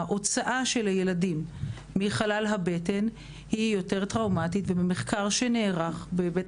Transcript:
הוצאת הילודים מחלל הבטן היא יותר טראומטית ובמחקר שנערך בבית